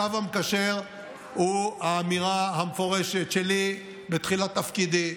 הקו המקשר הוא האמירה המפורשת שלי בתחילת תפקידי: